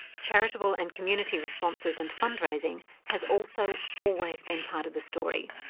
charitable and community responses and fundraising has also always been part of the story,